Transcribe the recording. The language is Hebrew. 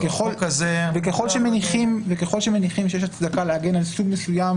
וככל שמניחים שיש הצדקה להגן על סוג מסוים